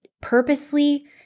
purposely